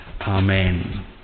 Amen